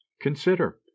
Consider